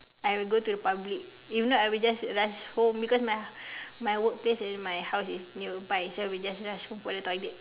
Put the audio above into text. I will go to the public if not I will just rush home because my my workplace and my house is nearby so I will just rush home for the toilet